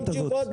תרשום תשובות.